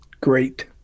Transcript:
Great